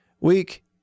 Week